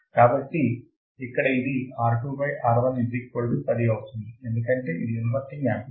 కాబట్టి ఇక్కడ ఇది R2 R 1 10 అవుతుంది ఎందుకంటే ఇది ఇన్వర్టింగ్ యాంప్లిఫయర్